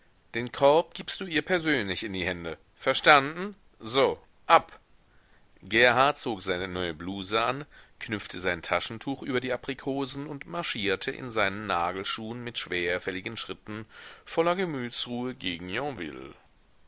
den korb gibst du ihr persönlich in die hände verstanden so ab gerhard zog seine neue bluse an knüpfte sein taschentuch über die aprikosen und marschierte in seinen nagelschuhen mit schwerfälligen schritten voller gemütsruhe gen